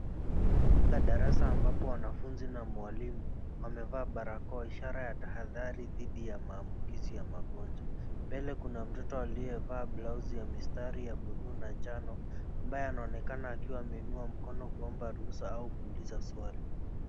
Katika darasa ambapo wanafunzi na mwalimu wamevaa barakoa, ishara ya tahadhari dhidi ya maambukizi ya magonjwa. Mbele kuna mtoto aliyevaa blausi ya mistari ya buluu na njano ambaye anaonekana akiwa ameinua mkono kuomba ruhusa au kuuliza swali.